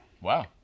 Wow